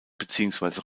beziehungsweise